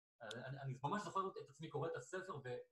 אני ממש זוכר את עצמי קורא את הספר ב